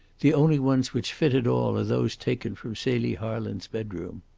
the only ones which fit at all are those taken from celie harland's bedroom.